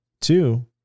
Two